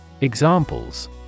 Examples